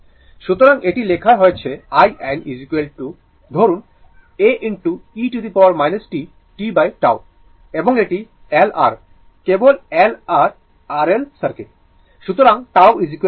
সুতরাং এটি লেখা হয়েছে in ধরুন a e t tτ এবং এটি L R কেবল L R R L circuit